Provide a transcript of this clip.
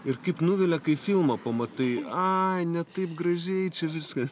ir kaip nuvilia kai filmą pamatai ai ne taip gražiai čia viskas